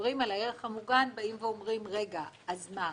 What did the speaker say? מדברים על הערך המוגן באים ואומרים: אז מה,